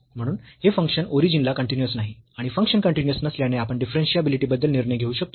म्हणून हे फंक्शन ओरिजिनला कन्टीन्यूअस नाही आणि फंक्शन कन्टीन्यूअस नसल्याने आपण डिफरन्शियाबिलिटी बद्दल निर्णय घेऊ शकतो